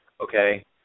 okay